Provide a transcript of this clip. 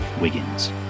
Wiggins